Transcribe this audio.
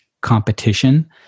competition